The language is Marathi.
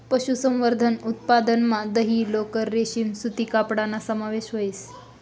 पशुसंवर्धन उत्पादनमा दही, लोकर, रेशीम सूती कपडाना समावेश व्हस